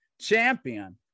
Champion